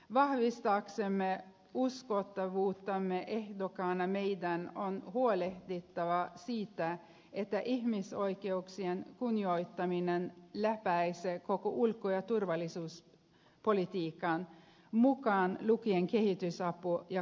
vahvistaaksemme uskottavuuttamme ehdokkaana meidän on huolehdittava siitä että ihmisoikeuksien kunnioittaminen läpäisee koko ulko ja turvallisuuspolitiikan mukaan lukien kehitysapu ja kauppapolitiikan